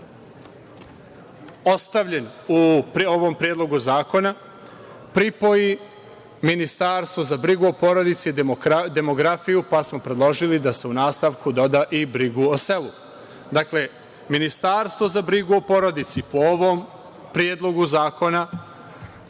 ostavljen u ovom predlogu zakona, pripoji ministarstvu za brigu o porodici, demografiju, pa smo predložili da se u nastavku doda i brigu o selu. Dakle, ministarstvo za brigu o porodici, po ovom predlogu zakona,